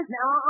Now